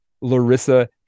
Larissa